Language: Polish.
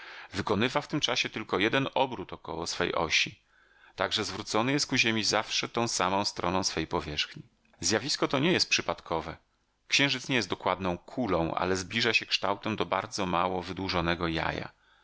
wykonywa w tym czasie tylko jeden obrót około swej osi tak że zwrócony jest ku ziemi zawsze tą samą stroną swej powierzchni zjawisko to nie jest przypadkowe księżyc nie jest dokładną kulą ale zbliża się kształtem do bardzo mało wydłużonego jaja